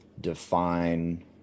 define